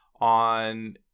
on